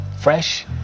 fresh